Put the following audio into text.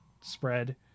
spread